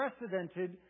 unprecedented